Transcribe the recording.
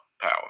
power